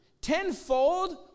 Tenfold